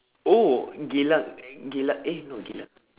oh geylang at geylang eh no geylang